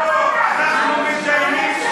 לא, אנחנו מקיימים התייעצות.